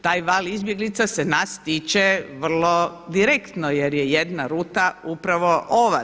Taj val izbjeglica se nas tiče vrlo direktno jer je jedna ruta upravo ova.